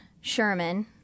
Sherman